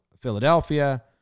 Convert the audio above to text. Philadelphia